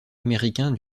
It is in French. américain